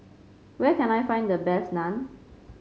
where can I find the best Naan